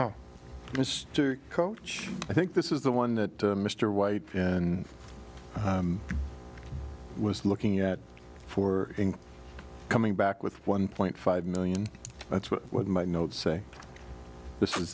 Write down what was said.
this coach i think this is the one that mr white and i was looking at for coming back with one point five million that's what my notes say this is